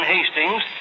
Hastings